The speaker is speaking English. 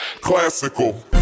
Classical